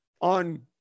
on